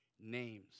names